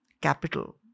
capital